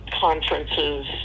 conferences